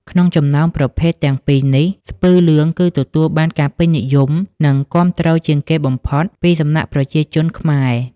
ក្នុងចំណោមប្រភេទទាំងពីរនេះ ស្ពឺលឿង គឺទទួលបានការពេញនិយម និងគាំទ្រជាងគេបំផុតពីសំណាក់ប្រជាជនខ្មែរ។